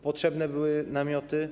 Potrzebne były namioty?